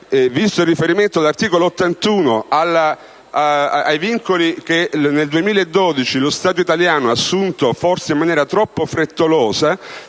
visto il riferimento all'articolo 81 della Costituzione e ai vincoli che nel 2012 lo Stato italiano ha assunto, forse in maniera troppo frettolosa,